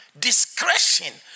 discretion